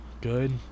good